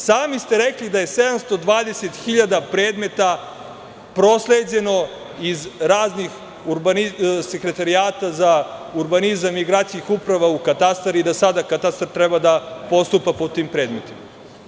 Sami ste rekli da je 720 hiljada predmeta prosleđeno iz raznih sekretarijata za urbanizam i gradskih uprava u katastar i da sada katastar treba da postupa po tim predmetima.